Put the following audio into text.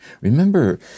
Remember